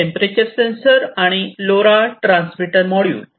temperature sensor आणि LoRa transmitter module